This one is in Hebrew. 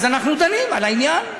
אנחנו דנים בעניין,